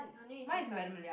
her name is Miss Tan